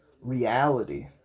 reality